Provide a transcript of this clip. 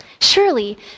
Surely